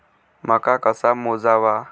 मका कसा मोजावा?